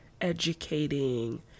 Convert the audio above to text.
educating